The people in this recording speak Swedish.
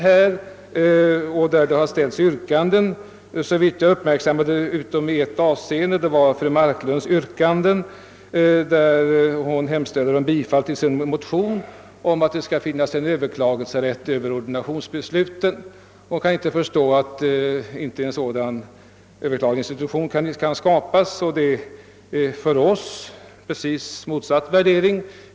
Såvitt jag uppfattade rätt redogjorde statsrådet för allt utom fru Marklunds yrkande om bifall till motionen att det skall finnas överklagningsrätt över ordinationsbesluten. Jag kan inte förstå hur en sådan institution skall kunna skapas. I utskottet har vi haft en alldeles motsatt uppfattning.